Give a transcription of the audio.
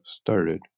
started